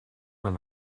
mein